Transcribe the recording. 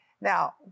Now